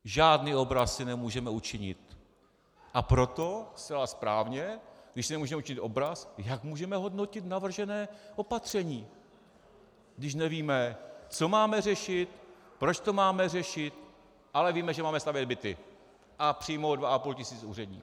Žádný obraz si nemůžeme učinit, a proto, zcela správně, když si nemůžeme učinit obraz, jak můžeme hodnotit navržené opatření, když nevíme, co máme řešit, proč to máme řešit, ale víme, že máme stavět byty a přijmout dva a půl tisíce úředníků.